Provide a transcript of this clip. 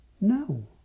no